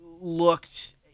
looked